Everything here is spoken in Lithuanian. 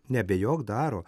neabejok daro